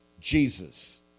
Jesus